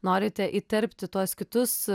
norite įterpti tuos kitus